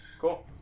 Cool